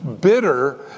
bitter